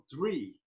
three